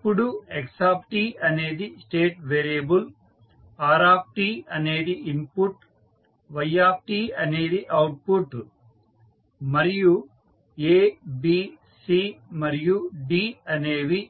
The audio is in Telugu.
ఇప్పుడు xఅనేది స్టేట్ వేరియబుల్ r అనేది ఇన్పుట్ y అనేది అవుట్పుట్ మరియు abc మరియు d అనేవి